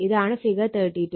ഇതാണ് ഫിഗർ 32